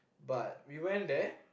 but we went there